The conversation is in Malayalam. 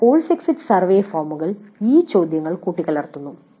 ചില കോഴ്സ് എക്സിറ്റ് സർവേ ഫോമുകൾ ഈ ചോദ്യങ്ങൾ കൂട്ടിക്കലർത്തുന്നു